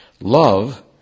Love